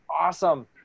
awesome